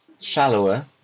shallower